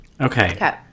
Okay